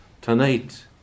tonight